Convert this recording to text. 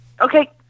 okay